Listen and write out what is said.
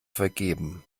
vergeben